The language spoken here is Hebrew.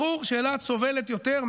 ברור שאילת סובלת יותר,